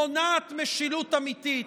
מונעת משילות אמיתית.